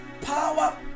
power